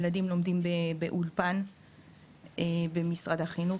19,047 ילדים מגיל 3 עד גיל 18 לומדים באולפן במשרד החינוך.